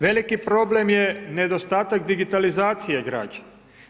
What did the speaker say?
Veliki problem je nedostatak digitalizacije građana.